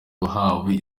wahawe